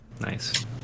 Nice